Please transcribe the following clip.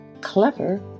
clever